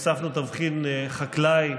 הוספנו תבחין חקלאי,